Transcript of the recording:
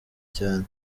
cyane